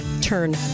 turn